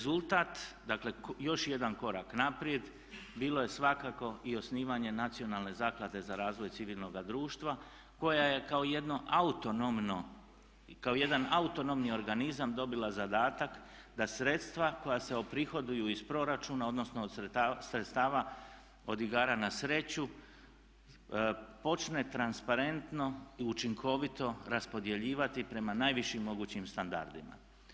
Dakle još jedan korak naprijed bilo je svakako i osnivanje Nacionalne zaklade za razvoj civilnoga društva koja je kao jedan autonomni organizam dobila zadatak da sredstva koja se oprihoduju iz proračuna odnosno od sredstava od igara na sreću počne transparentno i učinkovito raspodjeljivati prema najvišim mogućim standardima.